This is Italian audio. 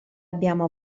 abbiamo